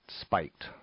spiked